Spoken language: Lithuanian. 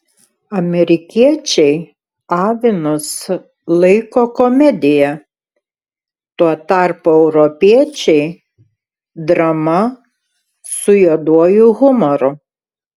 amerikiečiai avinus laiko komedija tuo tarpu europiečiai drama su juoduoju humoru